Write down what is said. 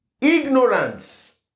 Ignorance